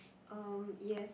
uh yes